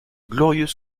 glorieux